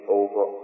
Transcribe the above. over